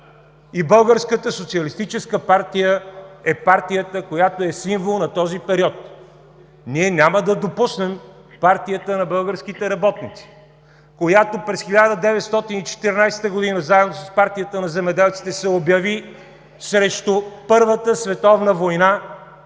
и Българската социалистическа партия е партията, която е символ на този период. Ние няма да допуснем партията на българските работници, която през 1914 г. заедно с партията на земеделците се обяви срещу Първата световна война,